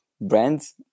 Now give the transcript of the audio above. brands